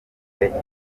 bigize